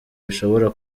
bishobora